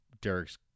Derek's